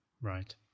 Right